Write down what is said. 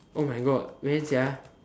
oh my god when sia